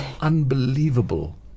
unbelievable